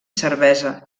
cervesa